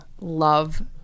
love